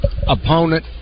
opponent